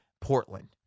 Portland